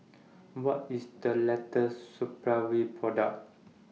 What IS The later Supravit Product